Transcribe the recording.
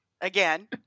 again